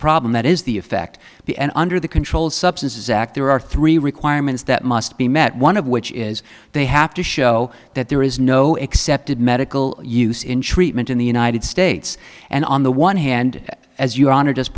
problem that is the effect the end under the controlled substances act there are three requirements that must be met one of which is they have to show that there is no accepted medical use in treatment in the united states and on the one hand as your honor just